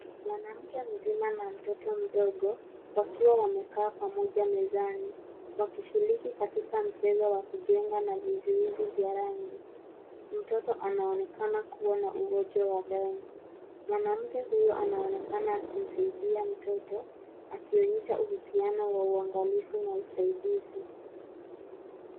Mwanamke mzima na mtoto mdogo, wakiwa wamekaa pamoja mezani, wakishiriki katika mchezo wa kujenga na vizuizi vya rangi. Mtoto anaonekana kuwa na ugonjwa wa damu. Mwanamke huyu anaonekana akimsaidia mtoto akionyesha uhusiano wa uangalifu na usaidizi.